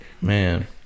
man